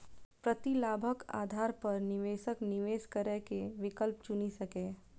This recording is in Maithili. प्रतिलाभक आधार पर निवेशक निवेश करै के विकल्प चुनि सकैए